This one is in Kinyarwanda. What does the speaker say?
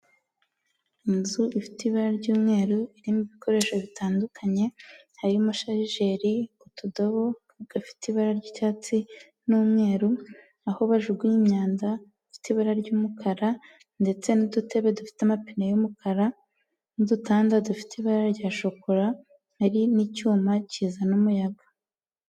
Inzu ifite ibara ry'umweru, irimo ibikoresho bitandukanye, harimo sharijeri utudobo gafite ibara ry'icyatsi n'umweru, aho bajugunya imyanda hafite ibara ry'umukara ndetse n'udutebe dufite amapine y'umukara n'udutanda dufite ibara rya shokora, hari n'icyuma kizana umuyaga.